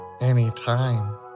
Anytime